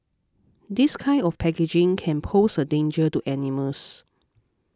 this kind of packaging can pose a danger to animals